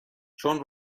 چون